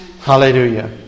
Hallelujah